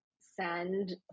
send